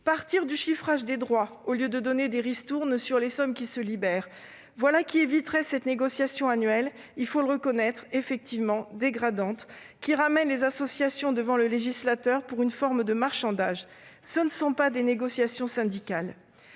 partir du chiffrage des droits, au lieu de donner des ristournes sur les sommes qui se libèrent, voilà qui éviterait cette négociation annuelle effectivement dégradante- il faut le reconnaître -, qui ramène les associations devant le législateur pour une forme de marchandage ; ce ne sont pourtant pas des négociations syndicales